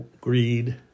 greed